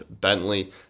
Bentley